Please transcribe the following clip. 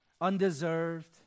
undeserved